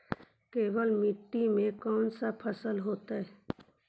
केवल मिट्टी में कौन से फसल होतै?